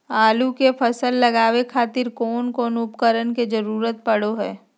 आलू के फसल लगावे खातिर कौन कौन उपकरण के जरूरत पढ़ो हाय?